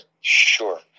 Sure